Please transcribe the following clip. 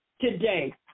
today